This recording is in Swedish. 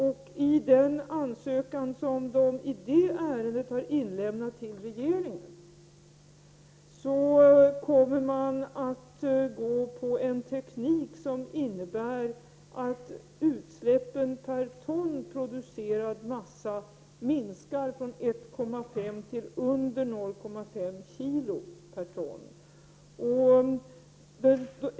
Enligt den ansökan som Värö bruk har inlämnat till regeringen kommer företaget att använda en teknik som innebär att utsläppen per ton producerad massa minskar från 1,5 till mindre än 0,5 kg per ton.